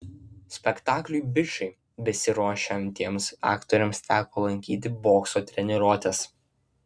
spektakliui bičai besiruošiantiems aktoriams teko lankyti bokso treniruotes